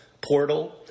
portal